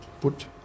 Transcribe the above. put